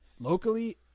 Locally